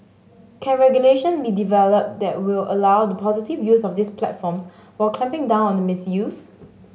can regulation be developed that will allow the positive use of these platforms while clamping down on the misuse